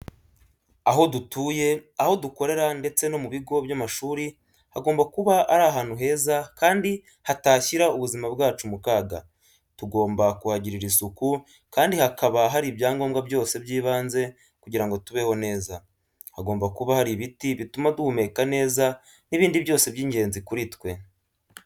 Aho dutuye, aho dukorera ndetse no mu bigo by'amashuri hagomba kuba ari ahantu heza kandi hatashyira ubuzima bwacu mu kaga. Tugomba kuhagirira isuku kandi hakaba hari ibyangombwa byose by'ibanze kugira ngo tubeho neza. Hagomba kuba hari ibiti bituma duhumeka neza n'ibindi byose by'ingenzi kuri twe.